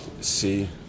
See